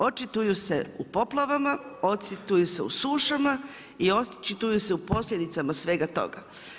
Očituju se u poplavama, očituju se u sušama i očituju se u posljedicama svega toga.